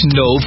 no